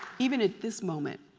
even at this moment,